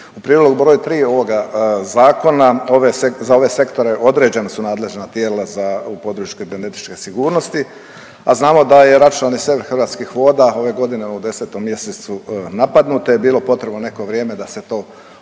U prilogu br. 3 ovoga Zakona ove, za ove sektore određene su nadležna tijela za, u području kibernetičke sigurnosti, a znamo da je računalni sef Hrvatskih voda, ove godine u 10. mjesecu napadnuto te je bilo potrebno neko vrijeme da se to otkloni.